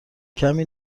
کمی